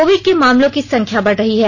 Covid के मामलों की संख्या बढ़ रही है